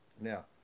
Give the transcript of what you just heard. Now